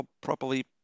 properly